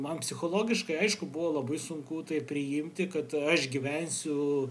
man psichologiškai aišku buvo labai sunku tai priimti kad aš gyvensiu